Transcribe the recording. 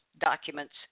documents